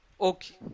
Okay